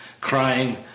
crying